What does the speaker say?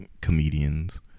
comedians